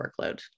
workload